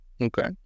Okay